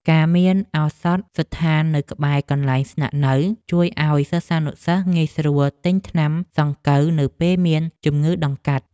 ការមានឱសថស្ថាននៅក្បែរកន្លែងស្នាក់នៅជួយឱ្យសិស្សានុសិស្សងាយស្រួលទិញថ្នាំសង្កូវនៅពេលមានជំងឺដង្កាត់។